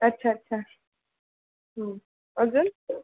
अच्छा अच्छा अजून